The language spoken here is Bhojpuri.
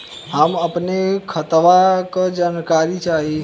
हम अपने खतवा क जानकारी चाही?